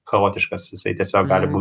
chaotiškas jisai tiesiog gali būt